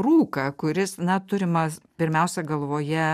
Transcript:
rūką kuris na turimas pirmiausia galvoje